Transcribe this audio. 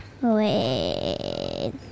wait